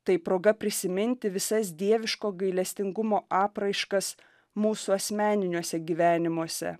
tai proga prisiminti visas dieviško gailestingumo apraiškas mūsų asmeniniuose gyvenimuose